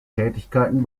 tätigkeiten